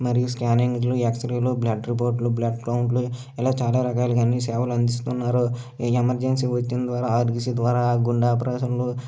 మరియు స్కానింగులు ఎక్సరేలు బ్లడ్ రిపోర్టులు బ్లడ్ కౌంట్లు ఇలా చాలా రకాలుగా అన్ని సేవలు అందిస్తున్నారు ఎమర్జెన్సీ వచ్చిన ద్వారా ఆర్డిసి ద్వారా గుండె ఆపరేషన్లు